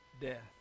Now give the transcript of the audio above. death